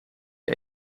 het